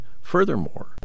furthermore